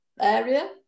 area